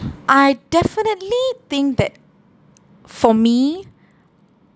I definitely think that for me